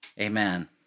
amen